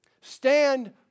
Stand